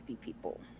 people